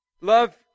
Love